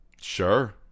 sure